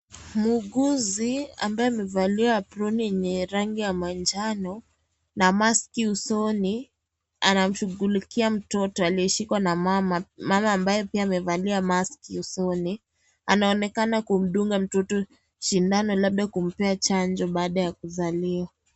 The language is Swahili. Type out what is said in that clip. Muuguzi ambaye amevalia aproni ya rangi ya manjano na maski usoni anashughulikia mtoto aliyeshikwa na mama ambaye pia aliye valia maski usoni anaonekana kumdunga mtoto shindano labda kumpea chanjo baada ya kuzaliwa.